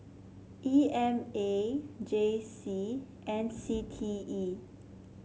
E M A J C and C T E